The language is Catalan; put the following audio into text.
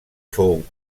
fou